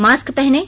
mask पहनें